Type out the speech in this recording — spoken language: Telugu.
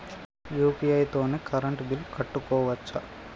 యూ.పీ.ఐ తోని కరెంట్ బిల్ కట్టుకోవచ్ఛా?